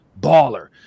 baller